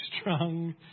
strong